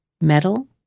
metal